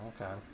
Okay